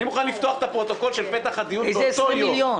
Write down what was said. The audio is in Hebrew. אני מוכן לפתוח את הפרוטוקול של פתח הדיון באותו יום.